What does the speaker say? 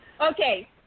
Okay